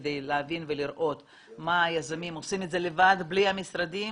כדי להבין ולראות מה היזמים עושים לבד בלי המשרדים,